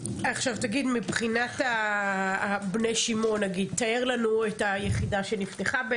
מבחינת בני שמעון, תאר לנו את היחידה שנפתחה.